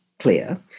Clear